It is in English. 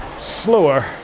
slower